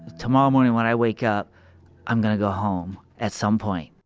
tomorrow morning when i wake up i'm gonna go home at some point.